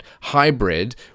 hybrid